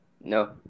No